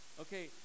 Okay